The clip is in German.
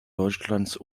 deutschlands